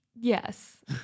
Yes